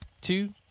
two